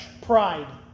pride